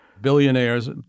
billionaires